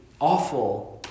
awful